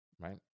Right